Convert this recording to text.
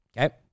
okay